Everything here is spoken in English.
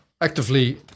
actively